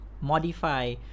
modify